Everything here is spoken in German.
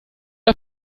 der